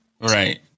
Right